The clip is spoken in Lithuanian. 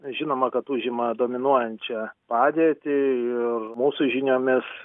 žinoma kad užima dominuojančią padėtį ir mūsų žiniomis